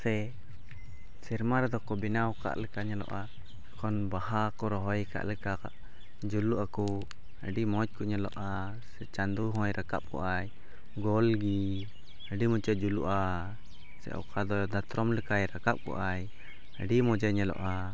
ᱪᱮᱫᱟᱜ ᱥᱮ ᱥᱮᱨᱢᱟ ᱨᱮᱫᱚ ᱠᱚ ᱵᱮᱱᱟᱣ ᱠᱟᱫ ᱞᱮᱠᱟ ᱠᱚ ᱧᱮᱞᱚᱜᱼᱟ ᱡᱚᱠᱷᱚᱱ ᱵᱟᱦᱟ ᱠᱚ ᱨᱚᱦᱚᱭ ᱠᱟᱜ ᱞᱮᱠᱟ ᱡᱩᱞᱩᱜ ᱟᱠᱚ ᱟᱹᱰᱤ ᱢᱚᱡᱽ ᱠᱚ ᱧᱮᱞᱚᱜᱼᱟ ᱥᱮ ᱪᱟᱸᱫᱚ ᱦᱚᱸᱭ ᱨᱟᱠᱟᱵ ᱠᱚᱜᱼᱟᱭ ᱜᱳᱞ ᱜᱮ ᱟᱹᱰᱤ ᱢᱚᱡᱮ ᱡᱩᱞᱩᱜᱼᱟ ᱥᱮ ᱚᱠᱟ ᱫᱚ ᱫᱟᱛᱚᱨᱚᱢ ᱞᱮᱠᱟᱭ ᱨᱟᱠᱟᱵ ᱠᱚᱜᱼᱟᱭ ᱟᱹᱰᱤ ᱢᱚᱡᱮ ᱧᱮᱞᱚᱜᱼᱟ